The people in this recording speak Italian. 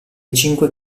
cinque